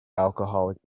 alcoholic